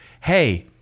hey